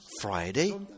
Friday